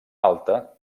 alta